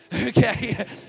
Okay